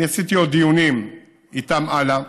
אני עשיתי עוד דיונים איתם הלאה,